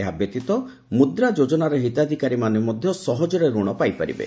ଏହାବ୍ୟତୀତ ମୁଦ୍ରା ଯୋଜନାର ହିତାଧିକାରୀମାନେ ମଧ୍ୟ ସହଜରେ ଋଣ ପାଇପାରିବେ